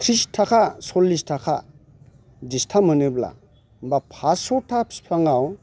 ट्रिस थाखा सल्लिस थाखा दिस्था मोनोब्ला होनबा पास्स' था फिफाङाव